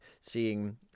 seeing